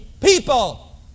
people